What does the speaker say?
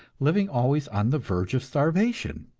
living always on the verge of starvation,